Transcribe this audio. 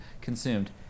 consumed